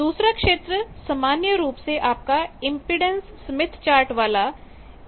दूसरा क्षेत्र सामान्य रूप से आपका इंपेडेंस स्मिथ चार्ट वाला 1jb वृत्त है